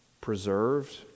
preserved